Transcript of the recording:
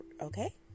okay